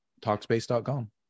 Talkspace.com